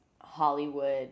Hollywood